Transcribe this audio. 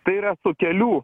tai yra tų kelių